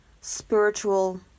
spiritual